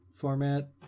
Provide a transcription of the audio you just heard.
format